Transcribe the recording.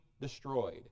destroyed